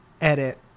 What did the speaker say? Edit